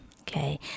okay